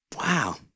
Wow